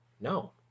No